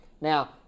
Now